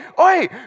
oi